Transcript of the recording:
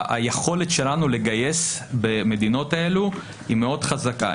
היכולת שלנו לגייס במדינות האלה היא מאוד חזקה.